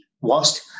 whilst